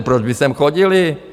Proč by sem chodili?